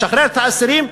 לשחרר את האסירים,